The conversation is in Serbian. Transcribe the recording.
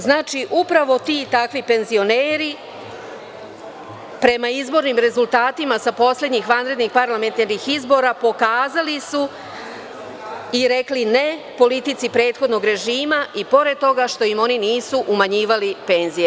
Znači, upravo ti i takvi penzioneri, prema izbornim rezultatima sa poslednjih vanrednih parlamentarnih izbora, pokazali su i rekli ne politici prethodnog režima i pored toga što im oni nisu umanjivali penzije.